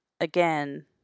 Again